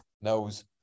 knows